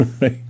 Right